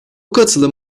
katılım